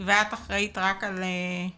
אתם מקבלים דיווח על האירוע החריג,